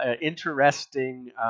interesting